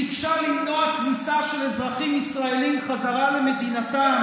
ביקשה למנוע כניסה של אזרחים ישראלים חזרה למדינתם